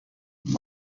why